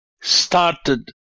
started